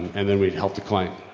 and the we help the client.